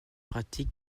pratique